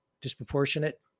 disproportionate